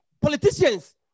politicians